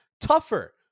tougher